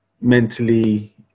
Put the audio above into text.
mentally